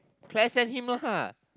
Claire send him lah !huh!